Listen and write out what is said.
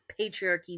patriarchy